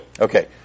Okay